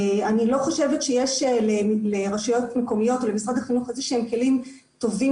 אני לא חושבת שיש לרשויות מקומיות או למשרד החינוך איזה כלים טובים